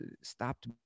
stopped